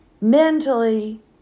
mentally